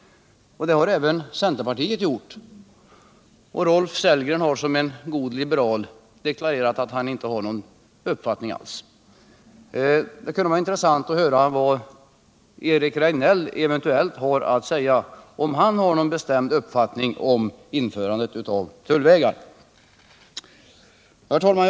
Så har även centerpartiet gjort — och Rolf Sellgren har som en god liberal deklarerat att han inte har någon uppfattning alls. Det kunde vara intressant att höra vad Eric Rejdnell eventuellt har att säga, om han har någon bestämd uppfattning om införandet av tullvägar. Herr talman!